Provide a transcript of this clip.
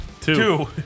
Two